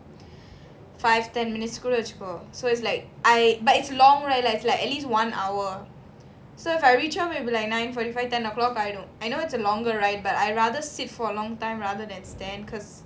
five ten minutes வச்சிக்கோ:vachiko so it's like long ride lah like at least one hour so if I reach home it will be like nine forty five ten o'clock I know I know it's a longer ride but I rather sit for long time rather than stand cause